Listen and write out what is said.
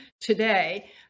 today